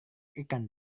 ikan